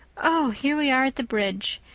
oh, here we are at the bridge.